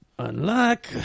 Unlock